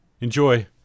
Enjoy